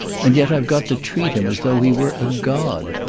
and yet i've got to treat him as though he were a god.